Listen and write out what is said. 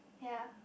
ya